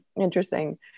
interesting